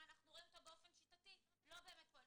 אנחנו רואים באופן שיטתי שהוא לא באמת פועל.